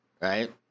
right